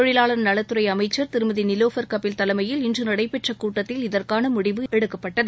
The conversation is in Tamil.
தொழிலாளர் நலத்துறை அமைச்சர் திருமதி நிலோபர் கபில் தலைமையில் இன்று நடைபெற்ற கூட்டத்தில் இதற்கான முடிவு எடுக்கப்பட்டது